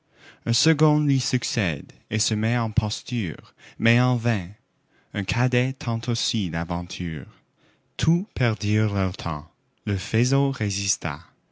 un second lui succède et se met en posture mais en vain un cadet tente aussi l'aventure tous perdirent leur temps le faisceau résista